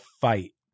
fight